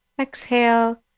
exhale